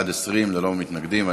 בעד, 20, ללא מתנגדים.